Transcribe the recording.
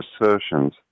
assertions